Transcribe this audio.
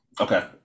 Okay